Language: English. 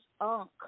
unk